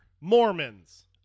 Mormons